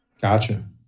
Gotcha